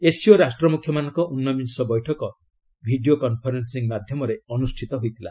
SCO ରାଷ୍ଟ୍ରମୁଖ୍ୟମାନଙ୍କ ଊନବିଂଶ ବୈଠକ ଭିଡ଼ିଓ କନ୍ଫରେନ୍ଦିଂ ମାଧ୍ୟମରେ ଅନୁଷ୍ଠିତ ହୋଇଥିଲା